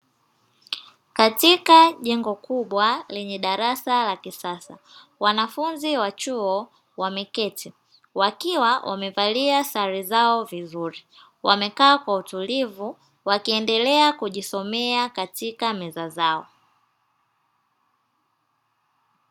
Katika jengo kubwa lenye la darasa la kisasa, wanafunzi wa chuo wameketi wakiwa wamevalia sare zao vizuri wamekaa kwa utulivu wakiendelea kujisomea katika meza zao.